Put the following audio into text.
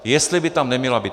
Jestli by tam neměla být...